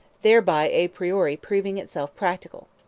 thereby a priori proving itself practical.